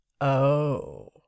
Oh